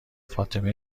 فاطمه